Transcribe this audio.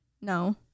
No